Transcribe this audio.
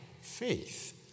faith